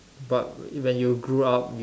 but when you grew up you